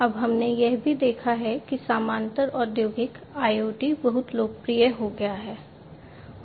अब हमने यह भी देखा है कि समानांतर औद्योगिक IoT बहुत लोकप्रिय हो गया है